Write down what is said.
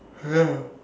ya lah